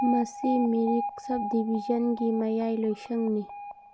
ꯃꯁꯤ ꯃꯤꯔꯤꯛ ꯁꯞ ꯗꯤꯕꯤꯖꯟꯒꯤ ꯃꯌꯥꯏ ꯂꯣꯏꯁꯪꯅꯤ